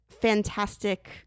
fantastic